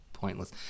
Pointless